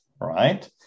right